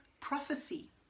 prophecy